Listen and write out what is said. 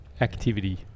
activity